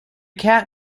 cat